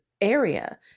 area